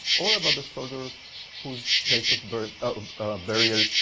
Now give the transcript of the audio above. or about the soldiers whose place of but of ah burial,